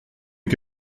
est